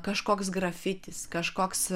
kažkoks grafitis kažkoks